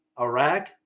Iraq